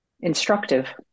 instructive